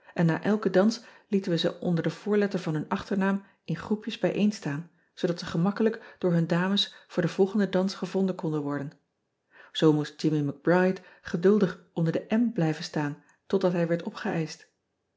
en na elken dans lieten we ze onder de voorletter van hun achternaam in groepjes bijeenstaan zoodat ze gemakkelijk door hun dames voor den volgenden dans gevonden konden worden oo moest immie c ride geduldig onder de blijven staan totdat hij werd opgeëischt